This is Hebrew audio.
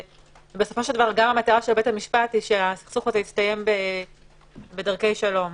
וגם המטרה של בית המשפט היא שהסכסוך יסתיים בדרכי שלום.